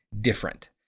different